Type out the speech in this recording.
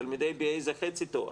לתלמידי BA זה חצי תואר.